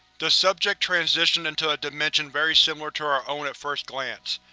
the subject transitioned into a dimension very similar to our own at first glance.